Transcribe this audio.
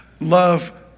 Love